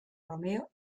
romeo